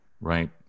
Right